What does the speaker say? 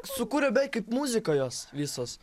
sukūrė beveik kaip muziką jos visos